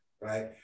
right